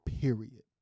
Period